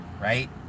Right